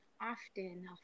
often